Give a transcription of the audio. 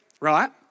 right